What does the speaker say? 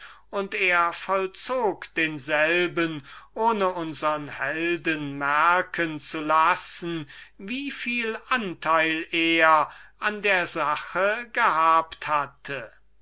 und er vollzog denselben ohne unsern helden merken zu lassen wieviel anteil er an dieser neugier des prinzen gehabt hatte